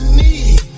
need